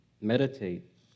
Meditate